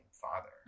father